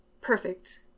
perfect